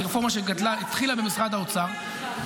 היא רפורמה שהתחילה במשרד האוצר.